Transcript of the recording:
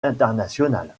international